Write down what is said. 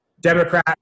democrat